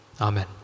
Amen